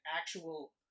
actual